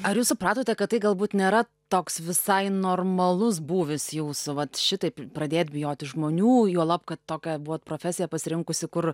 ar jūs supratote kad tai galbūt nėra toks visai normalus būvis jūsų vat šitaip pradėt bijoti žmonių juolab kad tokia buvot profesiją pasirinkusi kur